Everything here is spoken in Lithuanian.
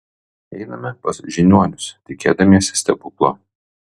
einame pas žiniuonius tikėdamiesi stebuklo